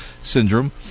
syndrome